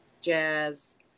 jazz